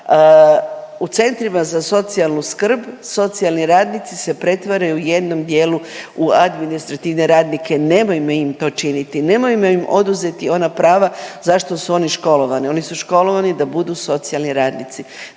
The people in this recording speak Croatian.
u centrima za socijalnu skrb, socijalni radnici se pretvaraju u jednom dijelu u administrativne radnike, nemojmo im to činiti. Nemojmo im oduzeti ona prava za što su oni školovani, oni su školovani da budu socijalni radnici.